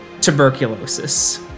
tuberculosis